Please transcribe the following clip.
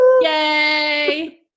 yay